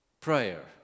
prayer